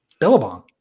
Billabong